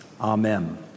Amen